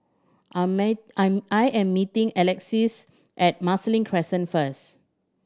I'm I I am meeting Alexis at Marsiling Crescent first